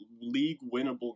league-winnable